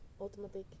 Automatic